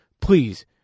please